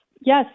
Yes